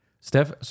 Steph